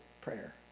prayer